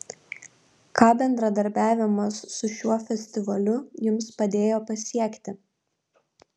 ką bendradarbiavimas su šiuo festivaliu jums padėjo pasiekti